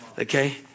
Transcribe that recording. okay